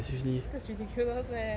that's ridiculous leh